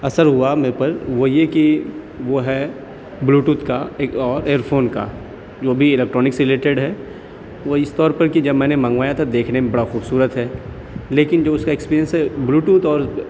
اثر ہوا مے پر وہ یہ کہ وہ ہے بلو توتھ کا ایک اور ایئر فون کا وہ بھی ایلیکٹرانک سے ریلیٹڈ ہے وہ اس طور پر کہ جب میں نے منگوایا تھا دیکھنے میں بڑا خوبصورت ہے لیکن جو اس کا ایکسپیرنس ہے بلو توتھ اور